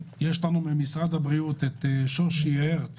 במשרד הבריאות יש לנו את עו"ד שושי הרץ